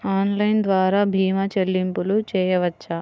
Online ద్వార భీమా చెల్లింపులు చేయవచ్చా?